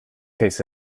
case